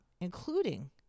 including